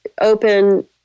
open